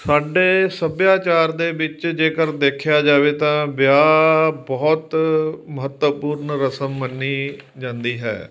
ਸਾਡੇ ਸੱਭਿਆਚਾਰ ਦੇ ਵਿੱਚ ਜੇਕਰ ਦੇਖਿਆ ਜਾਵੇ ਤਾਂ ਵਿਆਹ ਬਹੁਤ ਮਹੱਤਵਪੂਰਨ ਰਸਮ ਮੰਨੀ ਜਾਂਦੀ ਹੈ